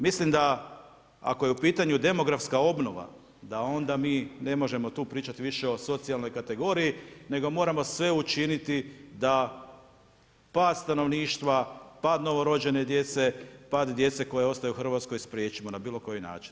Mislim da ako je u pitanju demografska obnova da onda mi ne možemo tu pričati više o socijalnoj kategoriji nego moramo sve učiniti da pad stanovništva, pad novorođene djece, pad djece koja ostaju u Hrvatskoj spriječimo na bilo koji način.